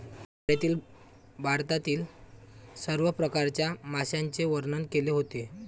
मी शाळेत भारतातील सर्व प्रकारच्या माशांचे वर्णन केले होते